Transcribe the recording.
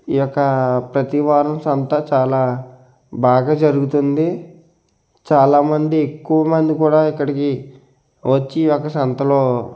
ఈ యొక్క ప్రతివారం సంత చాలా బాగా జరుగుతుంది చాలామంది ఎక్కువ మంది కూడా ఇక్కడికి వచ్చి ఒక సంతలో